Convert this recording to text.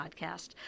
podcast